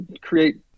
create